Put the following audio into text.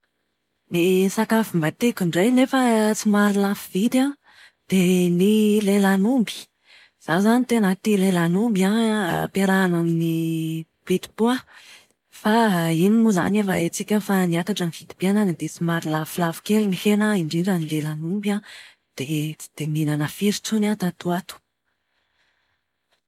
Ny sakafo mba tiako indray nefa somary lafo vidy an, dia ny lelan'omby. Izaho izany tena tia lelan'omby an, ampiarahana amin'ny pitipoa. Fa iny moa izany efa haintsika fa niakatra ny vidim-piainana dia somary lafolafo kely ny hena indrindra ny lelan'omby an. Dia tsy dia mihinana firy intsony aho tato ho ato.